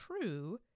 true